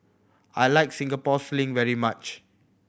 I like Singapore Sling very much